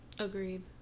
Agreed